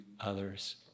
others